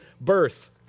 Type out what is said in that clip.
birth